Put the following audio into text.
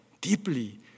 deeply